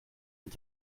und